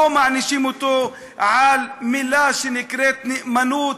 לא מענישים אותו על מילה שנקראת נאמנות,